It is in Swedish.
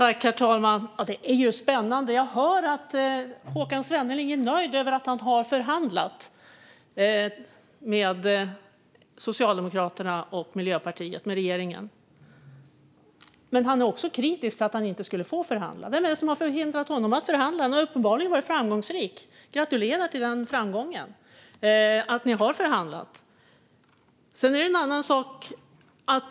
Herr talman! Det är spännande! Jag hör att Håkan Svenneling är nöjd över att han har förhandlat med Socialdemokraterna och Miljöpartiet, alltså med regeringen. Men han är också kritisk till att han inte skulle få förhandla. Vem är det som har hindrat honom att förhandla? Han har uppenbarligen varit framgångsrik. Jag gratulerar till framgången att ni har förhandlat, Håkan Svenneling.